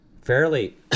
fairly